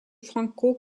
franco